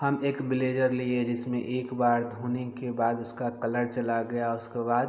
हम एक ब्लेजर लिए जिसमें एक बार धोने के बाद उसका कलर चल गया उसके बाद